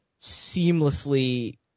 seamlessly